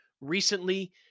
recently